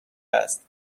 است